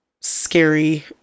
scary